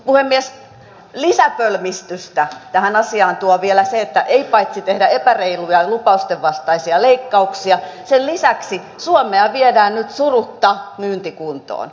puhemies lisäpölmistystä tähän asiaan tuo vielä se että paitsi että tehdään epäreiluja ja lupausten vastaisia leikkauksia sen lisäksi suomea viedään nyt surutta myyntikuntoon